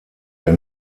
der